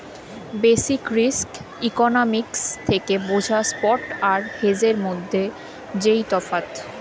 basic risk economics থেকে বোঝা spot আর হেজের মধ্যে যেই তফাৎ